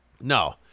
No